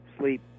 sleep